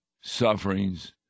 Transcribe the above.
sufferings